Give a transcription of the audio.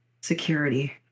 security